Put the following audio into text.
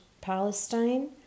Palestine